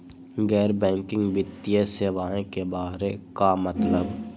गैर बैंकिंग वित्तीय सेवाए के बारे का मतलब?